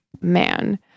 man